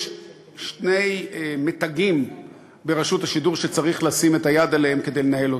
יש שני מתגים ברשות השידור שצריך לשים את היד עליהם כדי לנהל אותם.